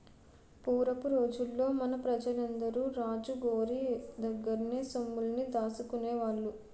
పూరపు రోజుల్లో మన పెజలందరూ రాజు గోరి దగ్గర్నే సొమ్ముల్ని దాసుకునేవాళ్ళు